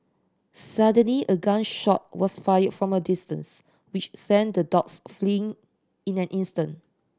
suddenly a gun shot was fire from a distance which sent the dogs fleeing in an instant